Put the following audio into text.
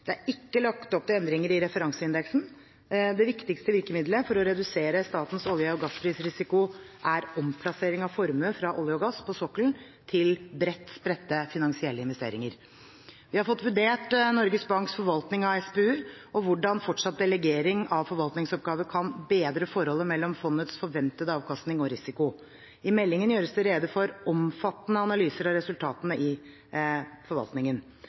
Det er ikke lagt opp til endringer i referanseindeksen. Det viktigste virkemiddelet for å redusere statens olje- og gassprisrisiko er omplassering av formue fra olje og gass på sokkelen til bredt spredte finansielle investeringer. Vi har fått vurdert Norges Banks forvaltning av SPU og hvordan fortsatt delegering av forvaltningsoppgaver kan bedre forholdet mellom fondets forventede avkastning og risiko. I meldingen gjøres det rede for omfattende analyser av resultatene i forvaltningen.